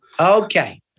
Okay